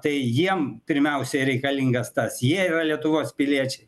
tai jiem pirmiausiai reikalingas tas jie yra lietuvos piliečiai